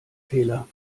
fehler